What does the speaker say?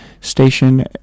station